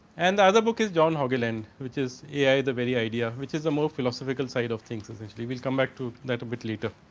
and the other book is john hogiland, which is ai the very idea which is the most philosophical side of things. essentially will come back to that bit later.